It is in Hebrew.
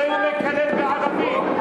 אולי הוא מקלל בערבית?